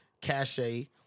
cachet